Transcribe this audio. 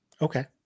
Okay